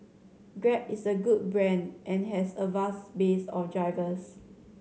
grab is a good brand and has a vast base of drivers